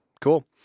Cool